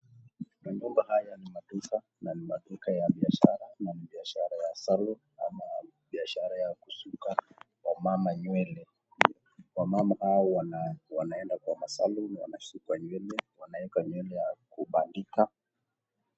Majumba haya ni maduka na nimaduka ya biashara ya salon ama biashara ya kusuka wamama nywele. Wamama hawa wanaenda kwa ma salon wanasikwa nywele na kueka nywele ya kubandika.